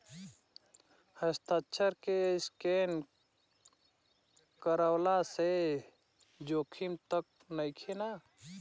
हस्ताक्षर के स्केन करवला से जोखिम त नइखे न?